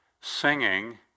singing